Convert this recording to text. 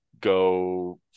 go